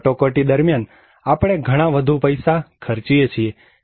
જ્યારે કટોકટી દરમિયાન આપણે ઘણા વધુ પૈસા ખર્ચીએ છીએ